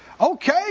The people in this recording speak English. okay